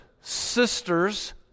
sisters